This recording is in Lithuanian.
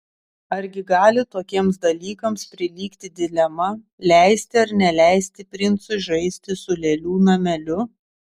argi gali tokiems dalykams prilygti dilema leisti ar neleisti princui žaisti su lėlių nameliu